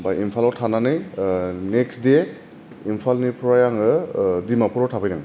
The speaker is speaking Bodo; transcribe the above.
ओमफाय इम्फालआव थानानै नेक्स्ट दे इम्फालनिफ्राय आङो डिमापुरआव थाफैदों